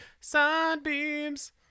Sunbeams